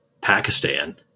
Pakistan